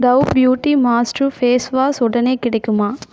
tau beauty master face wash உடனே கிடைக்குமா